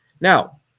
now